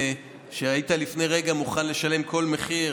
כשהיית לפני רגע מוכן לשלם כל מחיר,